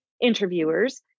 interviewers